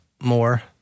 more